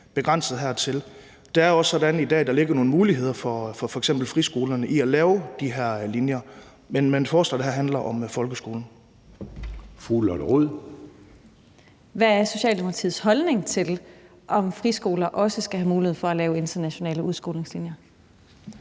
begrænset hertil. Det er også sådan i dag, at der ligger nogle muligheder for f.eks. friskolerne for at lave de her linjer. Men forslaget her handler om folkeskolen. Kl. 13:47 Formanden (Søren Gade): Fru Lotte Rod. Kl. 13:47 Lotte Rod (RV): Hvad er Socialdemokratiets holdning til, om friskoler også skal have mulighed for at lave internationale udskolingslinjer?